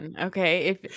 Okay